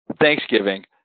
Thanksgiving